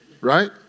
right